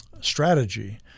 strategy